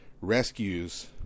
rescues